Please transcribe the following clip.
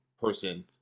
person